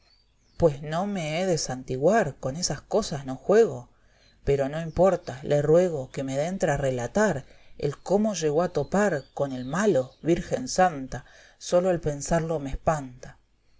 pues no me he de santiguar con esas cosáis no juego pero no importa le ruego que me dentre a relatar el como llegó a topar con el malo virgen santa sólo el pensarlo me espanta